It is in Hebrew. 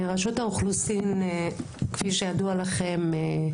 כידוע לכם,